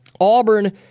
Auburn